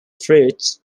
fruits